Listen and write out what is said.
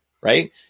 Right